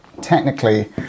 technically